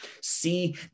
see